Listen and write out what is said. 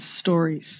stories